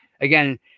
again